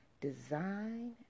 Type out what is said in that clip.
design